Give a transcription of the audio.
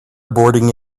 boarding